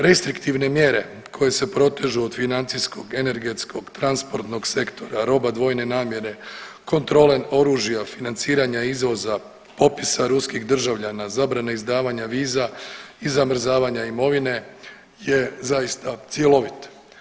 Restriktivne mjere koje se protežu od financijskog, energetskog, transportnog sektora, roba dvojne namjere, kontrole oružja, financiranja izvoza, popisa ruskih državljana, zabrana izdavanja viza i zamrzavanja imovine je zaista cjelovit.